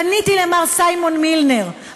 פניתי למר סיימון מילנר,